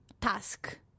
task